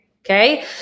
Okay